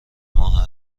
ماه